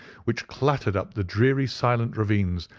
which clattered up the dreary silent ravines,